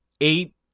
Eight